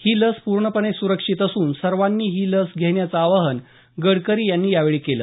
ही लस पूर्णपणे सुरक्षित असून सवाँनी ही लस घेण्याचं आवाहन गडकरी यांनी यावेळी केलं